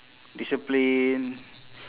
discipline